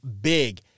big